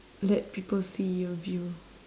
let people see your view